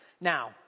Now